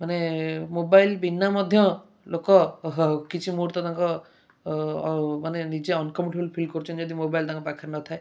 ମାନେ ମୋବାଇଲ୍ ବିନା ମଧ୍ୟ ଲୋକ କିଛି ମୁହୂର୍ତ୍ତ ତାଙ୍କ ମାନେ ନିକେ ଅନକମ୍ଫଟେବୁଲ୍ ଫିଲ୍ କରୁଛନ୍ତି ଯଦି ମୋବାଇଲ୍ ତାଙ୍କ ପାଖେରେ ନଥାଏ